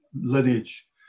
lineage